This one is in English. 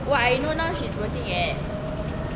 what I know now she is working at